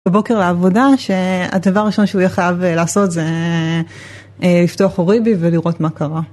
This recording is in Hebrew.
בבוקר לעבודה שהדבר הראשון שהוא יהיה חייב לעשות זה לפתוח אוריבי ולראות מה קרה.